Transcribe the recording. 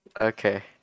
Okay